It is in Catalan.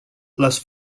les